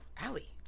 Allie